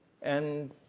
and